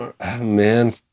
man